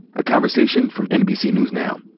a conversation from nbc news now.